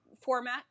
format